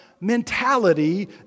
mentality